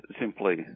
simply